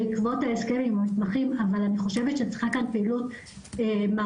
בעקבות ההסכם איתם אבל אני חושבת שצריכה כאן פעילות מערכתית